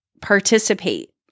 participate